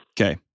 Okay